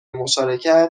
مشارکت